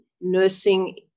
nursing